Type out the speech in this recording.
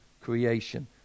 creation